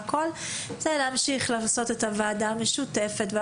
צריך לכנס את הוועדה המשותפת.